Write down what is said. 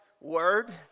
word